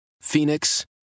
Phoenix